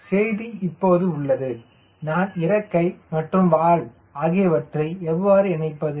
03 எனவே செய்தி இப்போது உள்ளது நான் இறக்கை மற்றும் வால் ஆகியவற்றை எவ்வாறு இணைப்பது